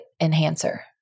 enhancer